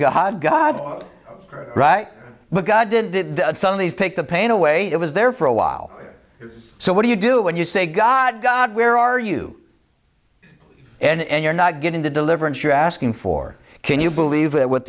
o god god but god did did some of these take the pain away it was there for a while so what do you do when you say god god where are you and you're not getting the deliverance you're asking for can you believe that